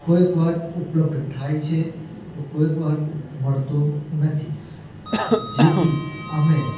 કોઈક વાર ઉપલબ્ધ થાય છે તો કોઈક વખત મળતું નથી જેથી અમે